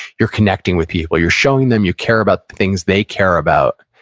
you're connecting with people. you're showing them you care about the things they care about.